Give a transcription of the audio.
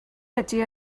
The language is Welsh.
ydy